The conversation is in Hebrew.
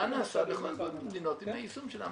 מה נעשה בכל המדינות עם היישום של האמנה.